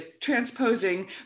transposing